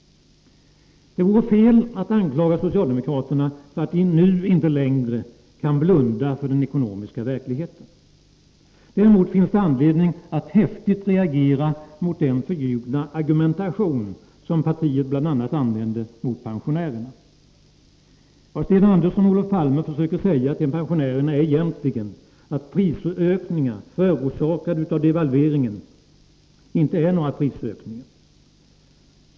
Det vore fel att anklaga socialdemokraterna för att de nu inte längre kan blunda för den ekonomiska verkligheten. Däremot finns det anledning att häftigt reagera mot den förljugna argumentation som partiet bl.a. använde mot pensionärerna. Vad Sten Andersson och Olof Palme försöker säga till pensionärerna är egentligen att prisökningar förorsakade av devalveringen inte är några prisökningar.